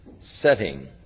setting